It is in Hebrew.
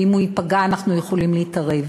ואם הוא ייפגע אנחנו יכולים להתערב.